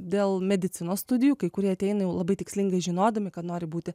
dėl medicinos studijų kai kurie ateina jau labai tikslingai žinodami kad nori būti